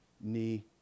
knee